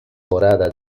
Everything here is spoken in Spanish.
morada